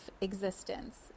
existence